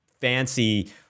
fancy